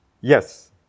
Yes